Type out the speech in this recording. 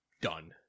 done